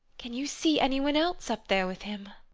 can you see any one else up there with him?